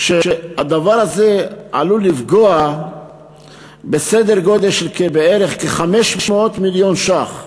שהדבר הזה עלול לפגוע בסדר גודל של כ-500 מיליון ש"ח.